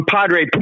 Padre